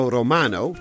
Romano